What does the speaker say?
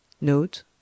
Note